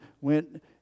went